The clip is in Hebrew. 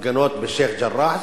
הפגנות בשיח'-ג'ראח.